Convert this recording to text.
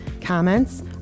comments